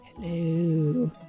Hello